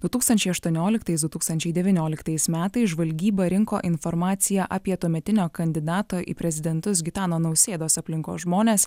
du tūkstančiai aštuonioliktais du tūkstančiai devynioliktais metais žvalgyba rinko informaciją apie tuometinio kandidato į prezidentus gitano nausėdos aplinkos žmones